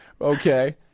Okay